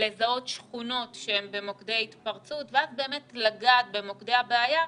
לזהות שכונות שהן במוקדי התפרצות ואז באמת לגעת במוקדי הבעיה.